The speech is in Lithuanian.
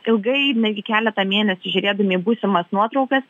ilgai netgi keletą mėnesių žiūrėdami į būsimas nuotraukas